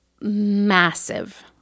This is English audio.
massive